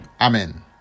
Amen